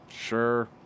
Sure